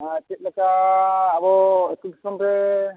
ᱦᱮᱸ ᱪᱮᱫ ᱞᱮᱠᱟ ᱟᱚ ᱟᱛᱳ ᱫᱤᱥᱚᱢ ᱨᱮ